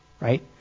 Right